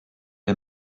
est